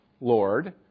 Lord